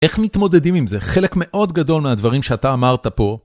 איך מתמודדים עם זה? חלק מאוד גדול מהדברים שאתה אמרת פה.